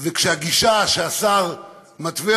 הגישה שהשר מתווה,